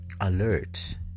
alert